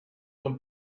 con